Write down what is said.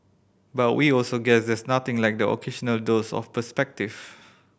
but we also guess there's nothing like the occasional dose of perspective